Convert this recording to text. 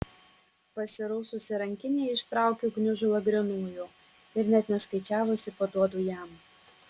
pasiraususi rankinėje ištraukiu gniužulą grynųjų ir net neskaičiavusi paduodu jam